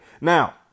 Now